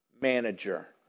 manager